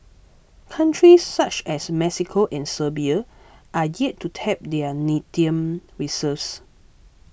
countries such as Mexico and Serbia are yet to tap their lithium reserves